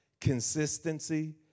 consistency